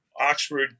Oxford